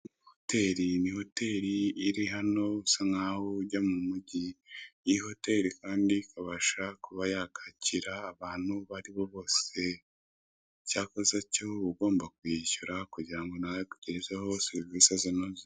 Iyi hoteri ni hoteri iri hano usa n'aho ujya mu mugi, iyi hoteri kandi ikabasha kuba yakwakira abantu abaribo bose, cyakoze cyo uba ugomba kuyishyura kugira ngo nayo ikugezeho serivise zinoze.